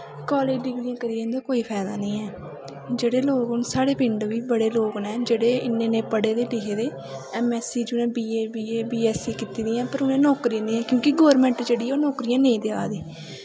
college डिग्रियां करियै इ'यां कोई फैदा निं ऐ जेह्ड़े लोक हून साढ़े पिंड बी बड़े लोक न जेह्ड़े इन्ने इन्ने पढ़े दे लिखे दे ऐम ऐस सी च उ'नें B A B A B S C कीती दी ऐ पर उ'नेंगी नौकरी निं ऐ क्योंकि गौरमैंट जेह्ड़ी ओह् नौकरियां नेईं देआ दी